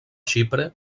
xipre